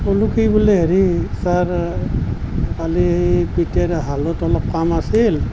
ক'লোঁ কি বুলি হেৰি ছাৰ কালি পিতাইৰ হালত অলপ কাম আছিল